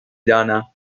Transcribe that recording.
دانم